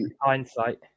hindsight